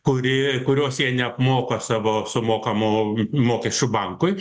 kuri kurios jie neapmoka savo sumokamo mokesčiu bankui